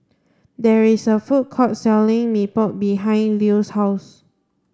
there is a food court selling Mee Pok behind Lew's house